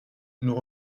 nous